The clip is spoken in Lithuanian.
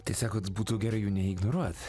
tai sakot būtų gerai jų neignoruot